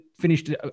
finished